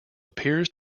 appears